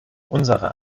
unserer